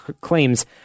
claims